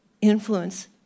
influence